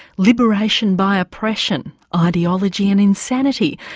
liberation by oppression, ideology and insanity,